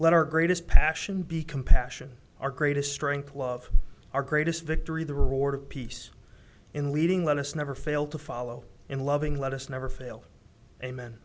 let our greatest passion be compassion our greatest strength love our greatest victory the reward of peace in leading let us never fail to follow in loving let us never fail amen